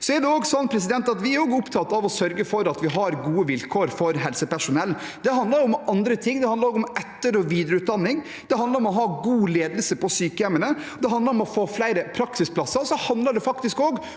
Vi er opptatt av å sørge for at vi har gode vilkår for helsepersonell. Det handler også om andre ting. Det handler om etter- og videreutdanning, det handler om å ha god ledelse på sykehjemmene, det handler om å få flere praksisplasser, og det handler